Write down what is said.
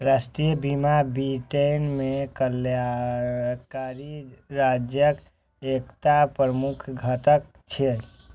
राष्ट्रीय बीमा ब्रिटेन मे कल्याणकारी राज्यक एकटा प्रमुख घटक छियै